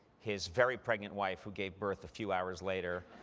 his very pregnant wife, who gave birth a few hours later.